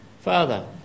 Father